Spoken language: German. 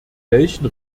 welchen